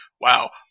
wow